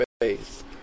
face